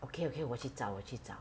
okay okay 我去找我去找